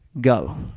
go